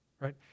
right